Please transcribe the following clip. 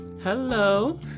Hello